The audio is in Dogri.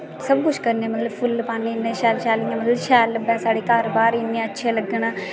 सब कुछ करने मतलब फुल पान्ने इन्ने शैल शैल इ'यां मतलब शैल लब्भै साढ़े घर बाह्र इन्ने अच्छे लग्गन